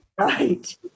right